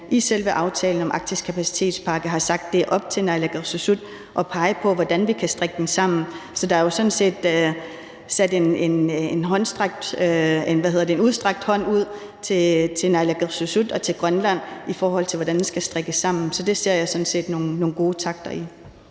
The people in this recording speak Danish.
i selve aftalen om den arktiske kapacitetpakke har sagt, at det er op til naalakkersuisut at pege på, hvordan vi kan strikke det sammen, for det er jo sådan set en fremstrakt hånd til naalakkersuisut og til Grønland, i forhold til hvordan det skal strikkes sammen. Så det ser jeg sådan set nogle gode takter i.